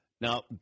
Now